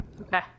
Okay